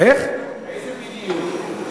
איזה בדיוק?